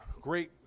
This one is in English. great